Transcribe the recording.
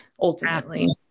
ultimately